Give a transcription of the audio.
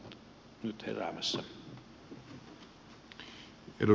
arvoisa puhemies